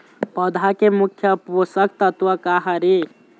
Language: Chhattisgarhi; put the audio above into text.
पौधा के मुख्य पोषकतत्व का हर हे?